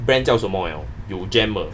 brand 叫什么 liao 有 jam 的